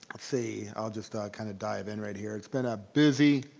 see, i'll just kind of dive in right here. it's been a busy,